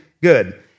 good